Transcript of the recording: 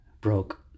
broke